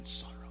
sorrow